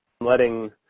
letting